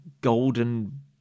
golden